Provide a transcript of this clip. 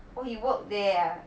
oh he work there ah